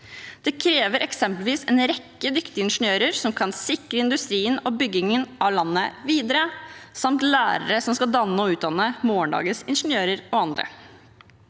Det krever eksempelvis en rekke dyktige ingeniører som kan sikre industrien og byggingen av landet videre, samt lærere som skal danne og utdanne morgendagens ingeniører og andre.